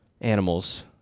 animals